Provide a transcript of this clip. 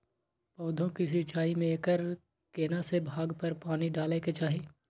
पौधों की सिंचाई में एकर केना से भाग पर पानी डालय के चाही?